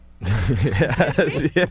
Yes